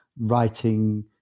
writing